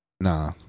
Nah